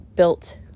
Built